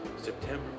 September